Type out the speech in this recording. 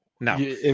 no